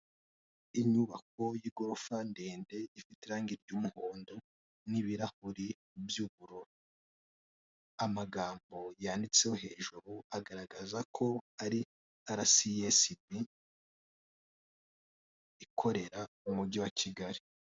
Inyubako y'igorofa ndende ifite irangi ry'umuhondo n'ibirahure by'ubururu, amagambo yanditseho hejuru agaragaza ko ari RSSB ikorera mu mugi wa kigali.